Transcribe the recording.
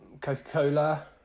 Coca-Cola